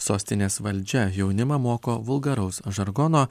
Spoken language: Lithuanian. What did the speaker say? sostinės valdžia jaunimą moko vulgaraus žargono